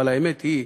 אבל האמת היא,